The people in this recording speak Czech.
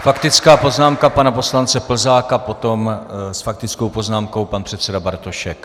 Faktická poznámka pana poslance Plzáka, potom s faktickou poznámkou pan předseda Bartošek.